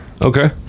Okay